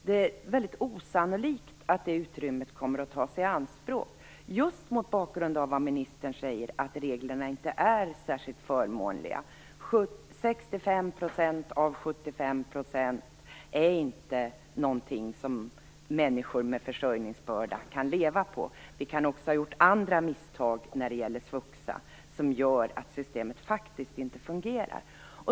Det är mycket osannolikt att det utrymmet kommer att tas i anspråk just mot bakgrund av vad ministern säger om att reglerna inte är särskilt förmånliga. 65 % av 75 % är inte någonting som människor med försörjningsbörda kan leva på. Vi kan också ha gjort andra misstag när det gäller svuxa som gör att systemet faktiskt inte fungerar.